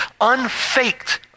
unfaked